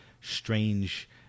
strange